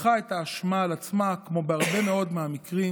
לקחה את האשמה על עצמה, כמו בהרבה מאוד מהמקרים